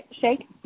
shake